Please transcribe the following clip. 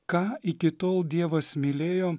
ką iki tol dievas mylėjo